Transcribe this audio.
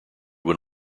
when